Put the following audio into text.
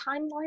timeline